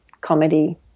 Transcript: comedy